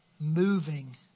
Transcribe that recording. moving